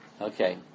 Okay